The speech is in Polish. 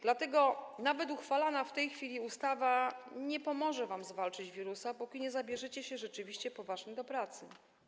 Dlatego nawet uchwalana w tej chwili ustawa nie pomoże wam zwalczyć wirusa, póki nie zabierzecie się rzeczywiście poważnie do pracy.